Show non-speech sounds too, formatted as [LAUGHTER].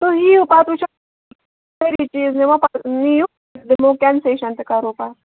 تُہۍ یِیِو پتہٕ وٕچھو سٲری چیٖز [UNINTELLIGIBLE] پتہٕ نِیِو دِمو کنسیشن تہِ کَرو پتہٕ